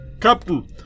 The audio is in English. Captain